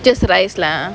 just rice lah